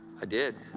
i did.